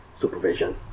supervision